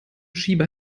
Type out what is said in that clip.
schieber